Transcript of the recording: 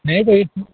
नहीं तो